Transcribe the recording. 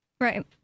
Right